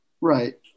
Right